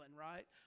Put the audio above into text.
right